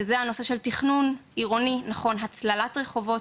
זה כל הנושא של תכנון עירוני נכון: הצללת רחובות.